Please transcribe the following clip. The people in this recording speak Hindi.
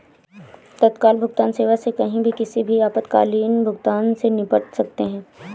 तत्काल भुगतान सेवा से कहीं भी किसी भी आपातकालीन भुगतान से निपट सकते है